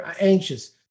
anxious